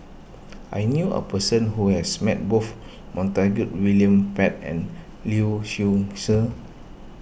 I knew a person who has met both Montague William Pett and Lee Seow Ser